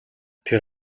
тэр